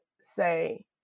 say